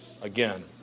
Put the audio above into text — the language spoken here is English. again